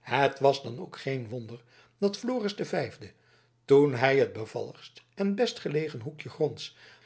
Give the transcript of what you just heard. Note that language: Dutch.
het was dan ook geen wonder dat floris de vijfde toen hij het bevalligst en best gelegen hoekje gronds